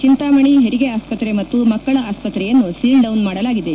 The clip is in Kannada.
ಚಂತಾಮಣಿ ಹೆರಿಗೆ ಆಸ್ಪತ್ರೆ ಮತ್ತು ಮಕ್ಕಳ ಆಸ್ಪತ್ರೆಯನ್ನು ಸೀಲ್ಡೌನ್ ಮಾಡಲಾಗಿದೆ